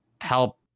help